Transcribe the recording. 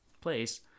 place